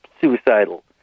suicidal